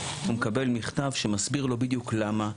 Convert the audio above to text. הוא מקבל מכתב שמסביר לו בדיוק למה,